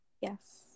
Yes